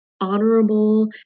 honorable